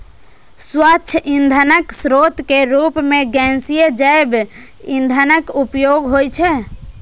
स्वच्छ ईंधनक स्रोत के रूप मे गैसीय जैव ईंधनक उपयोग होइ छै